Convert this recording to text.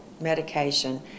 medication